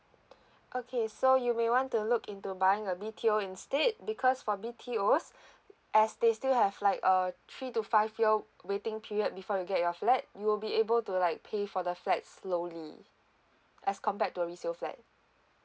okay so you may want to look into buying a B_T_O instead because for B_T_Os as they still have like a three to five year waiting period before you get your flat you will be able to like pay for the flats slowly as compared to a resale flat